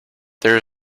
there